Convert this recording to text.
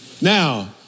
Now